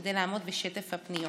כדי לעמוד בשטף הפניות.